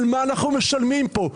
על מה אנחנו משלמים פה?